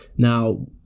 Now